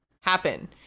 happen